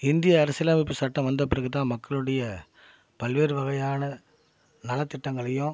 இந்திய அரசியல் அமைப்பு சட்டம் வந்த பிறகு தான் மக்களுடைய பல்வேறு வகையான நலத்திட்டங்களையும்